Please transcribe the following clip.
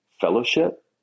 fellowship